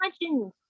imagine